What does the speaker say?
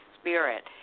spirit